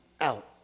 out